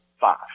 Five